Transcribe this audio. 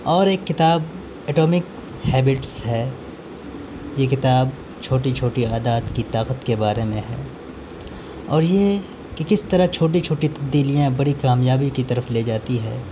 اور ایک کتاب اٹومک ہیبٹس ہے یہ کتاب چھوٹی چھوٹی عدات کی طاقت کے بارے میں ہے اور یہ کہ کس طرح چھوٹی چھوٹی تبدیلیاں بری کامیابی کی طرف لے جاتی ہیں